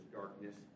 darkness